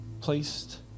placed